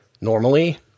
normally